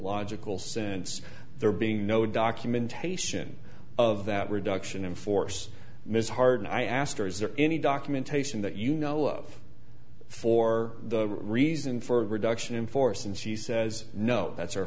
logical sense there being no documentation of that reduction in force miss harden i asked her is there any documentation that you know of for the reason for the reduction in force and she says no that's our